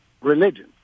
religion